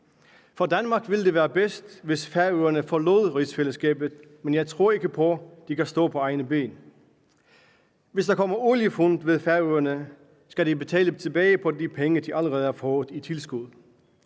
for Danmark ville det være bedst, hvis Færøerne forlod rigsfællesskabet, men jeg tror ikke på, de kan stå på egne ben; hvis der kommer oliefund ved Færøerne, skal de betale de penge, de allerede har fået i tilskud,